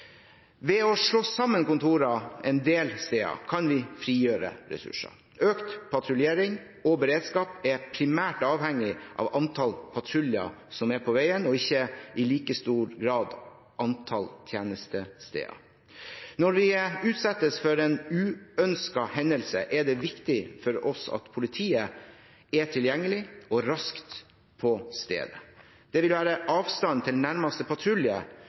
Økt patruljering og beredskap er primært avhengig av antall patruljer som er på veien, og ikke i like stor grad antall tjenestesteder. Når vi utsettes for en uønsket hendelse, er det viktig for oss at politiet er tilgjengelig og raskt på stedet. Det vil være avstand til nærmeste patrulje